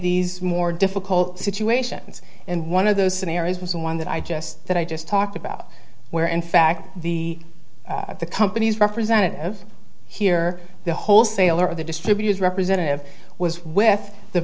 these more difficult situations and one of those scenarios was one that i just that i just talked about where in fact the company's representative here the wholesaler the distributors representative was with the